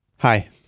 Hi